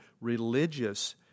religious